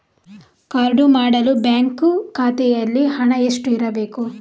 Card ಮಾಡಲು bank ಖಾತೆಯಲ್ಲಿ ಹಣ ಎಷ್ಟು ಇರಬೇಕು?